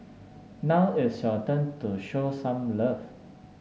now it's your turn to show some love